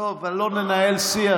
לא ננהל שיח.